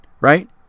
right